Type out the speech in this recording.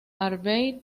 harvey